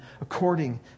according